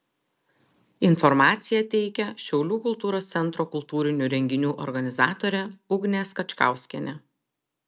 informaciją teikia šiaulių kultūros centro kultūrinių renginių organizatorė ugnė skačkauskienė